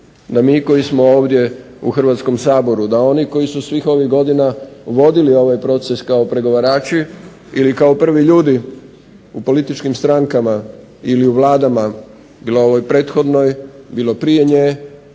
da mi koji smo ovdje u Hrvatskom saboru, da oni koji su svih ovih godina vodili ovaj proces kao pregovarači ili kao prvi ljudi u političkim strankama ili u vladama bilo ovoj prethodnoj, bilo prije nje,